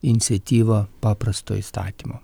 iniciatyva paprasto įstatymo